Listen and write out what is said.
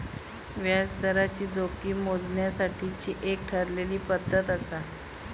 व्याजदराची जोखीम मोजण्यासाठीची एक ठरलेली पद्धत आसा